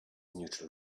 neutral